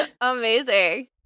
amazing